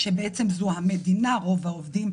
כל הפרסומים של מכרזים ועיתונים לפי דרישות החוק,